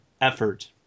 effort